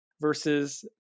versus